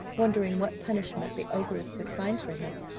wondering what punishment the ogress would find for him,